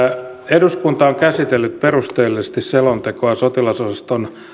eduskunta on käsitellyt perusteellisesti selontekoa sotilasosaston